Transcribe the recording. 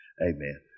Amen